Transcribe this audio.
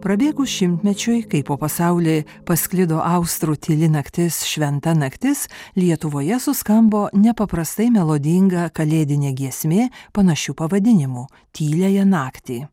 prabėgus šimtmečiui kai po pasaulį pasklido austrų tyli naktis šventa naktis lietuvoje suskambo nepaprastai melodinga kalėdinė giesmė panašiu pavadinimu tyliąją naktį